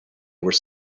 were